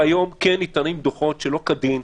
והיום כן ניתנים דוחות שלא כדין,